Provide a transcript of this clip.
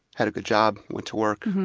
had a good job, went to work,